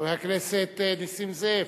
חבר הכנסת נסים זאב.